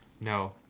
No